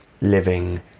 living